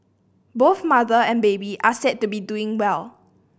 both mother and baby are said to be doing well